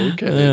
Okay